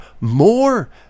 more